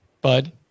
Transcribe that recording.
Bud